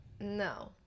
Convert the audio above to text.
No